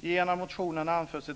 I en av motionerna anförs